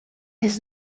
his